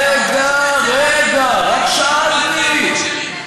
רגע, רגע, רק שאלתי.